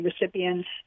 recipients